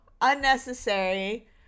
unnecessary